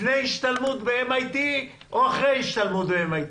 לפני השתלמות ב-MIT או אחרי השתלמות ב-MIT?